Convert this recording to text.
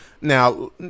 Now